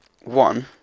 One